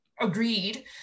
agreed